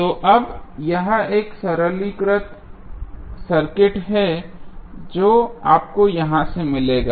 तो अब यह एक सरलीकृत सर्किट है जो आपको यहां से मिलेगा